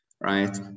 right